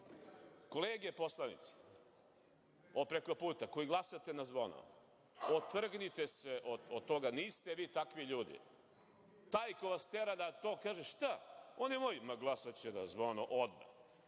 kolege poslanici od prekoputa, koji glasate na zvono, otrgnite se od toga. Niste vi takvi ljudi. Taj ko vas tera na to, kaže – šta, oni moji, ma glasaće na zvono odmah.